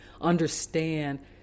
understand